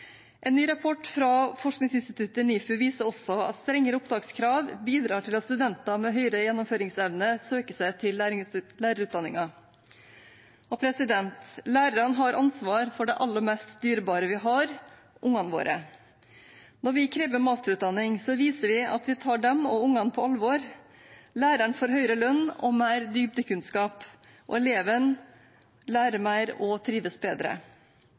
En ny rapport fra forskningsinstituttet NIFU viser også at strengere opptakskrav bidrar til at studenter med større gjennomføringsevne søker seg til lærerutdanningen. Lærerne har ansvar for det aller mest dyrebare vi har – ungene våre. Når vi krever masterutdanning, viser vi at vi tar dem og ungene på alvor. Læreren får høyere lønn og mer dybdekunnskap, og eleven lærer mer og trives bedre.